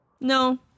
No